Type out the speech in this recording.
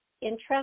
interest